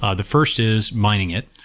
ah the first is mining it.